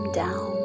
down